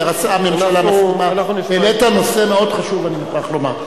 הממשלה מסכימה והנושא מאוד חשוב, אני חייב לומר.